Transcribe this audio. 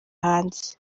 hanze